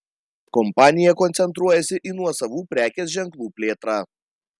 kompanija koncentruojasi į nuosavų prekės ženklų plėtrą